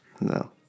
No